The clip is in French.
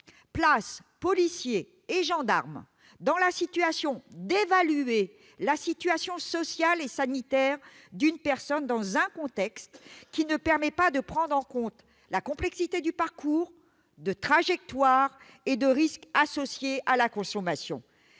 place policiers et gendarmes dans la position d'évaluer la situation sociale et sanitaire d'une personne, dans un contexte qui ne permet pas de prendre en compte la complexité des parcours, des trajectoires et des risques associés à la consommation.